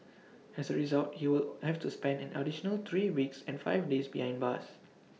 as A result he will have to spend an additional three weeks and five days behind bars